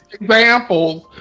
examples